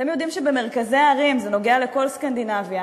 אתם יודעים שבמרכזי ערים, זה נוגע לכל סקנדינביה,